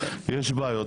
יש בעיות,